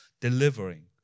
Delivering